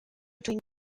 between